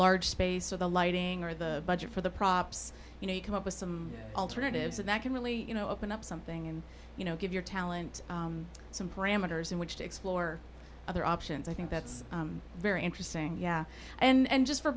large space or the lighting or the for the props you know you come up with some alternatives that can really you know open up something and you know give your talent some parameters in which to explore other options i think that's very interesting yeah and just for